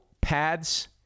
pads